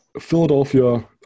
Philadelphia